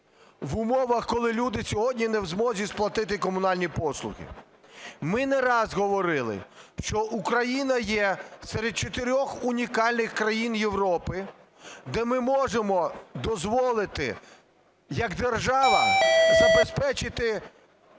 в умовах, коли люди сьогодні не в змозі сплатити комунальні послуги. Ми не раз говорили, що Україна є серед чотирьох унікальних країн Європи, де ми можемо дозволити як держава забезпечити